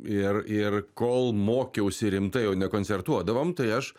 ir ir kol mokiausi rimtai o ne koncertuodavom tai aš